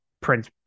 Prince